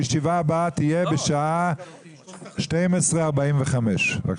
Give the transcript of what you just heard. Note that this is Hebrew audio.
הישיבה ננעלה בשעה 11:50.